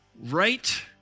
right